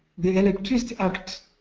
the electricity act